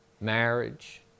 marriage